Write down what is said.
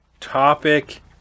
Topic